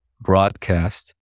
broadcast